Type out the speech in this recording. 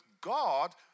God